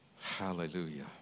Hallelujah